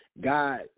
God